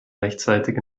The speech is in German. rechtzeitig